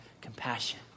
compassion